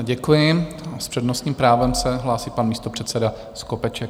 Děkuji a s přednostním právem se hlásí pan místopředseda Skopeček.